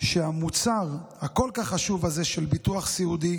שהמוצר הכל-כך חשוב הזה של ביטוח סיעודי